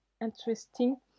interesting